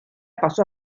pasó